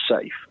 safe